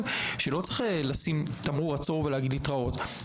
שצריך לשים תמרור עצור ולהגיד להתראות,